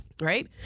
right